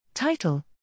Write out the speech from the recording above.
Title